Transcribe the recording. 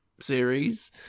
series